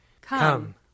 Come